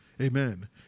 Amen